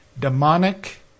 demonic